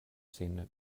sin